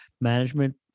management